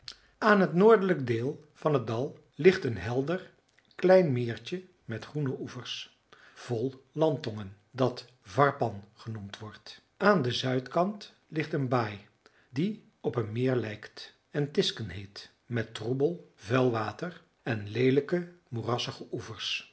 aan het noordelijk deel van het dal ligt een helder klein meertje met groene oevers vol landtongen dat varpan genoemd wordt aan den zuidkant ligt een baai die op een meer lijkt en tisken heet met troebel vuil water en leelijke moerassige oevers